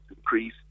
increase